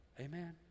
Amen